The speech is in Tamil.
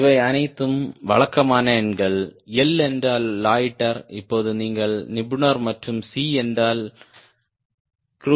இவை அனைத்தும் வழக்கமான எண்கள் L என்றால் லொய்ட்டர் இப்போது நீங்கள் நிபுணர் மற்றும் C என்றால் க்ரூஸ் ஆகும்